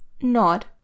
Nod